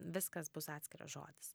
viskas bus atskiras žodis